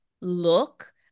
look